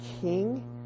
king